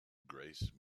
grace